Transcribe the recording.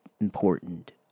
important